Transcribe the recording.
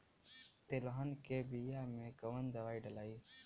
तेलहन के बिया मे कवन दवाई डलाई?